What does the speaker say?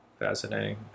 Fascinating